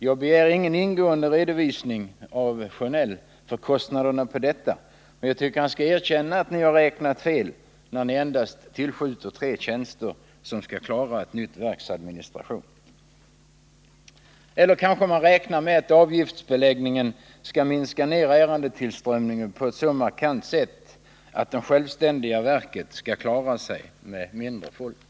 Jag begär ingen ingående redovisning av Bengt Sjönell av kostnaderna för detta, men jag tycker att han skall erkänna att utskottsmajoriteten har räknat fel när den endast tillskjuter tre tjänster som skall klara ett nytt verks administration. Men man kanske räknar med att avgiftsbeläggningen skall minska ärendetillströmningen på ett så markant sätt att det sjä diga verket skall klara sig med färre anställda.